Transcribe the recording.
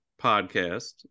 podcast